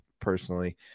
personally